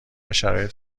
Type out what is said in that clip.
شرایط